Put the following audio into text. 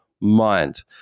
mind